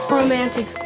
Romantic